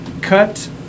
cut